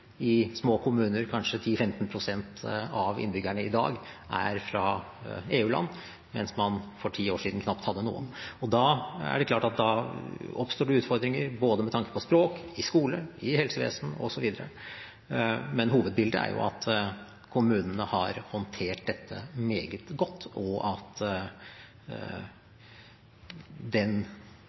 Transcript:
I små kommuner er kanskje 10–15 pst. av innbyggerne i dag fra EU-land, mens man for ti år siden knapt hadde noen. Da er det klart at det oppstår utfordringer med tanke på språk, i skole, i helsevesen osv. Men hovedbildet er at kommunene har håndtert dette meget godt, og at